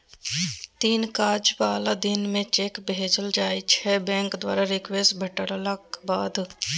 तीन काज बला दिन मे चेककेँ भेजल जाइ छै बैंक द्वारा रिक्वेस्ट भेटलाक बाद